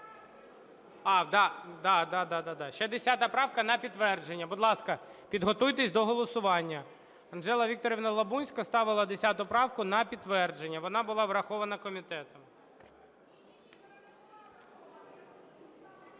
Ще 10 правка на підтвердження. Будь ласка, підготуйтесь до голосування. Анжела Вікторівна Лабунська ставила 10 правку на підтвердження. Вона була врахована комітетом.